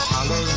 Hello